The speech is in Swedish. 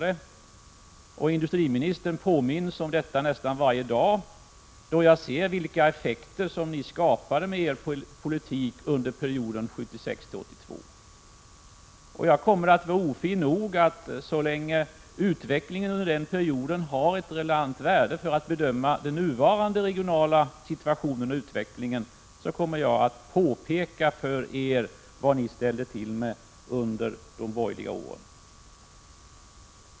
Som industriminister påminns jag om detta nästan varje dag, då jag ser vilka effekter ni skapade med er politik under perioden 1976-1982. Och så länge utvecklingen under den perioden har ett relevant värde när det gäller att bedöma den nuvarande regionala situationen och utvecklingen, kommer jag att vara ofin nog att påpeka för er vad ni ställde till med under de borgerliga åren.